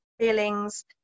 feelings